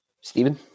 Stephen